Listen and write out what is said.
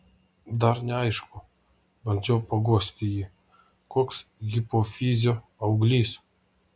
dar neaišku bandžiau paguosti jį koks hipofizio auglys